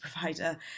provider